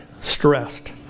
stressed